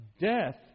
Death